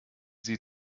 sieht